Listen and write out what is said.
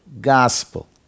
gospel